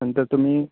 नंतर तुम्ही